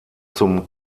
zum